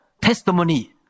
testimony